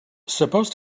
supposed